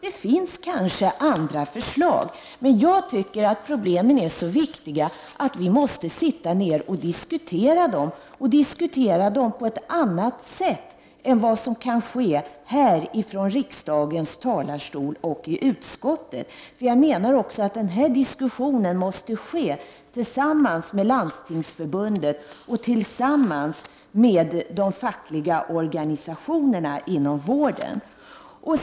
Det finns kanske andra förslag, men jag tycker att problemen är så viktiga att vi måste sitta ner och diskutera dem och då diskutera dem på ett annat sätt än vad som kan ske här från riksdagens talarstol och i utskottet. Jag menar att diskussionen måste föras tillsammans med Landstingsförbundet och tillsammans med de fackliga organisationerna inom vården.